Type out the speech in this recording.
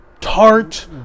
tart